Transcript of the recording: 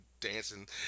Dancing